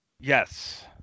Yes